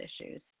issues